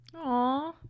Aw